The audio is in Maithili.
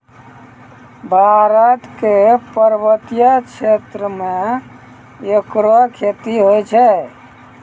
भारत क पर्वतीय क्षेत्रो म एकरो खेती होय छै